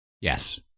Yes